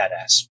badass